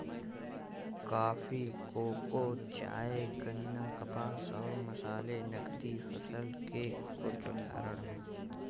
coffee, cocoa, चाय, गन्ना, कपास और मसाले नकदी फसल के कुछ उदाहरण हैं